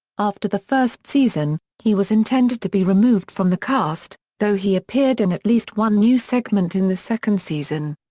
after the first season, he was intended to be removed from the cast, though he appeared in at least one new segment in the second season.